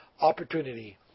opportunity